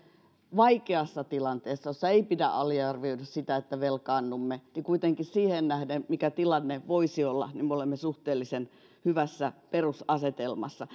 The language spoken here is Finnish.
vaikeassa tilanteessa jossa ei pidä aliarvioida sitä että velkaannumme kuitenkin siihen nähden mikä tilanne voisi olla me olemme suhteellisen hyvässä perusasetelmassa